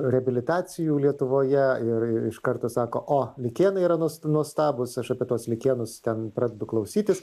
reabilitacijų lietuvoje ir iš karto sako o likėnai yra nuo nuostabūs aš apie tuos likėnus ten pradedu klausytis